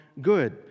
good